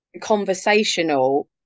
conversational